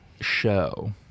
show